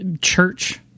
church